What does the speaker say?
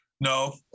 No